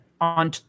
on